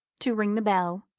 to ring the bell,